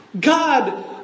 God